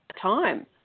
time